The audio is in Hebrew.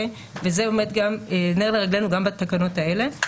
זה באמת נר לרגלינו גם בתקנות האלה,